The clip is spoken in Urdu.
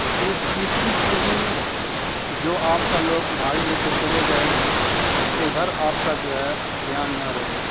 تو تیسری پونجی جو آپ کا لوگ ادھاری لے کے چلے گئے تو ادھر آپ کا جو ہے دھیان نہ رہے